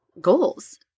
goals